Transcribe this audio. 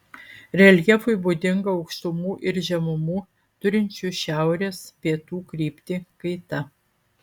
reljefui būdinga aukštumų ir žemumų turinčių šiaurės pietų kryptį kaita